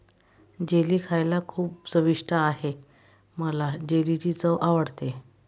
jelly खायला खूप चविष्ट आहे मला जेलीची चव आवडते